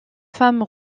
femme